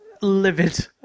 livid